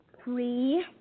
three